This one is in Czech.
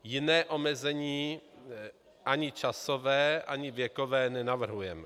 Jiné omezení, ani časové, ani věkové, nenavrhujeme.